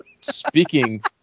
Speaking